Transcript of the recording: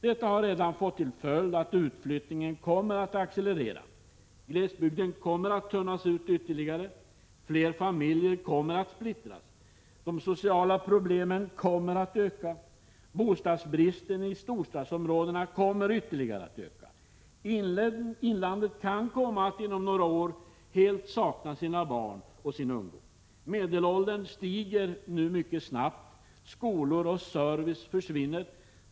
Detta har redan fått till följd att utflyttningen kommer att accelerera. Glesbygden kommer att tunnas ut ytterligare. Fler familjer kommer att splittras. De sociala problemen kommer att öka. Bostadsbristen i storstadsområdena kommer ytterligare att öka. Inlandet kan komma att inom några år helt sakna barn och ungdom; medelåldern stiger mycket snabbt, skolor och service försvinner.